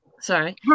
Sorry